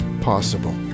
possible